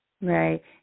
Right